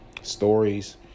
stories